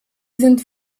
sind